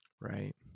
Right